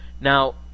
Now